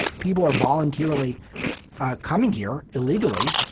ah people are voluntarily coming here illegally,